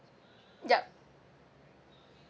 yup